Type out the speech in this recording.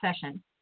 session